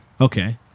Okay